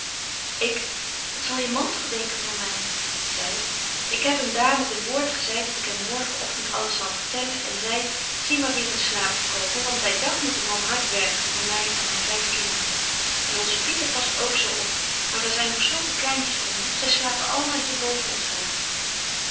ik wat zal je man toch denken van my zy ik heb hem daar met een woord gebetje wolff en aagje deken historie van mejuffrouw sara burgerhart zeit dat ik hem morgen ogtend alles zal vertellen en zei zie maar weêr in slaap te komen want by dag moet de man hart werken voor my en myn vyf kinderen en onze pieter past ook zo op maar daar zyn nog zulke kleintjes onder zy slapen allemaal hier boven ons hoofd